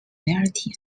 variety